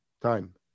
time